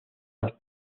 las